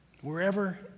Wherever